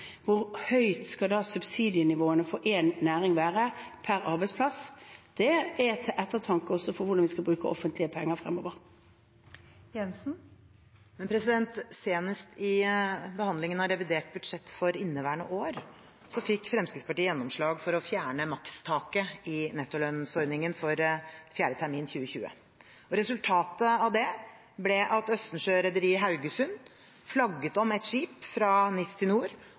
Hvor høyt skal da subsidienivåene for én næring være per arbeidsplass? Det er til ettertanke også for hvordan vi skal bruke offentlige penger fremover. Senest i behandlingen av revidert budsjett for inneværende år fikk Fremskrittspartiet gjennomslag for å fjerne makstaket i nettolønnsordningen for fjerde termin 2020. Resultatet av det ble at Østensjø Rederi i Haugesund flagget om et skip fra NIS til